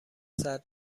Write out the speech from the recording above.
صدر